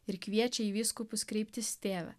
ir kviečia į vyskupus kreiptis tėve